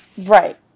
Right